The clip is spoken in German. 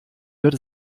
wird